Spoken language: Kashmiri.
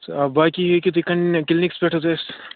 آ باقٕے ہیٚکِو تُہۍ کن کِلنِکَس پٮ۪ٹھ حظ اَسہِ